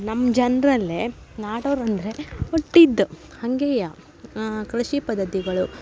ನಮ್ಮ ಜನ್ರಲ್ಲಿ ನಾಡೋರು ಅಂದರೆ ಹುಟ್ಟಿದ ಹಂಗೆಯೇ ಕೃಷಿ ಪದ್ದತಿಗಳು